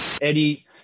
Eddie